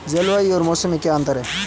जलवायु और मौसम में अंतर क्या है?